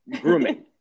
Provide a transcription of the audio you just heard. grooming